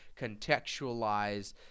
contextualize